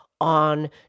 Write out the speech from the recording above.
on